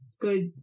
good